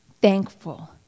thankful